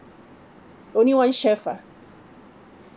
only one chef ah